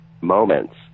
moments